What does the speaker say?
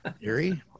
Erie